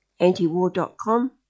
Antiwar.com